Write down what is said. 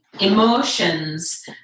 emotions